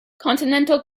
continental